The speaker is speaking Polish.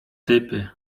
typy